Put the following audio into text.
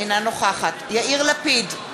אינה נוכחת יאיר לפיד,